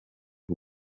b’u